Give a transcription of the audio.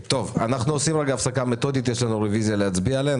נעשה הפסקה מתודית יש לנו רביזיה להצביע עליה.